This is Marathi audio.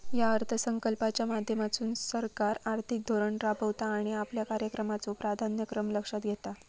या अर्थसंकल्पाच्या माध्यमातसून सरकार आर्थिक धोरण राबवता आणि आपल्या कार्यक्रमाचो प्राधान्यक्रम लक्षात घेता